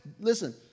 Listen